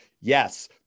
yes